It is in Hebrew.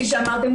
כפי שאמרתן,